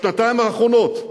בשנתיים האחרונות,